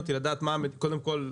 קודם כול,